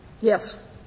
Yes